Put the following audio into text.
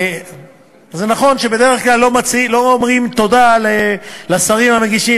זה נכון שבדרך כלל לא אומרים תודה לשרים המגישים,